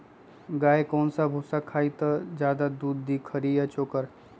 गाय कौन सा भूसा खाई त ज्यादा दूध दी खरी या चोकर?